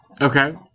Okay